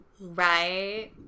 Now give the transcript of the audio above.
right